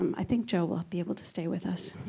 i think joe will be able to stay with us.